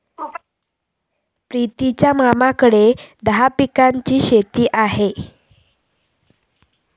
प्रितीच्या मामाकडे दहा पिकांची शेती हा